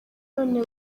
none